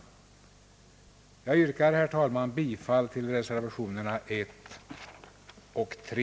Jag yrkar, herr talman, bifall till reservationerna 1 och 3.